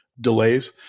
delays